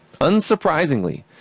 Unsurprisingly